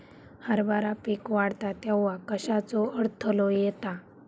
हरभरा पीक वाढता तेव्हा कश्याचो अडथलो येता?